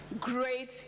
Great